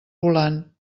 volant